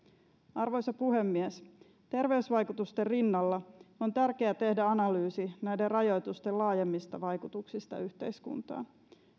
arvoisa puhemies terveysvaikutusten rinnalla on tärkeää tehdä analyysi näiden rajoitusten laajemmista vaikutuksista yhteiskuntaan